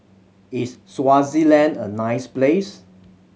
is Swaziland a nice place